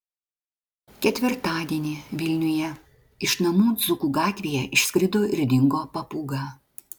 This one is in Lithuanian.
ketvirtadienį vilniuje iš namų dzūkų gatvėje išskrido ir dingo papūga